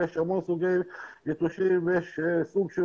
ויש המון סוגי יתושים ויש סוג שהוא